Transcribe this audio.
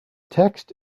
text